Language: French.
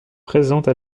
présente